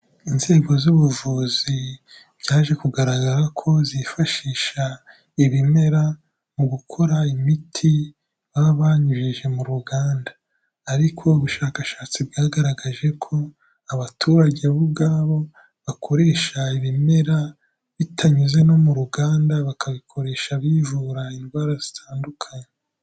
Inzego z'ubuvuzi byaje kugaragara ko zifashisha ibimera mu gukora imiti baba banyujije mu ruganda. Ariko ubushakashatsi bwagaragaje ko abaturage bo ubwabo bakoresha ibimera bitanyuze no mu ruganda, bakabikoresha bivura indwara zitandukanye.